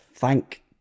Thank